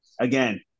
again